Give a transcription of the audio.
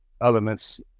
elements